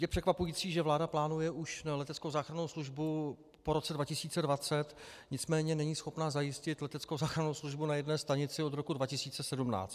Je překvapující, že vláda plánuje už leteckou záchrannou službu po roce 2020, nicméně není schopna zajistit leteckou záchrannou službu na jedné stanici od roku 2017.